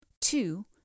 two